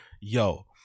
yo